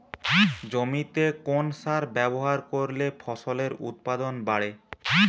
জমিতে কোন সার ব্যবহার করলে ফসলের উৎপাদন বাড়ে?